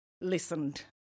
listened